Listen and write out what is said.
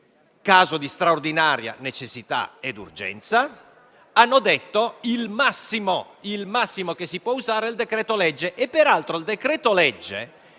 caso di straordinaria necessità ed urgenza, hanno detto che il massimo che si può fare è usare il decreto-legge. Peraltro il decreto-legge